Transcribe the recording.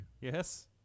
Yes